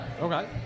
okay